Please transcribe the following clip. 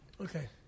Okay